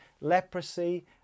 leprosy